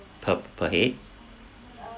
per per head